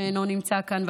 שאינו נמצא כאן,